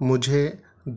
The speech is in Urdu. مجھے